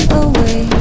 away